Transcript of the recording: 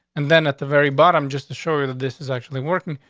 and then at the very bottom. just to show you that this is actually working,